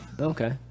Okay